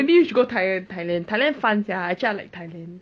year two